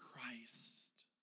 Christ